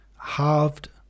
halved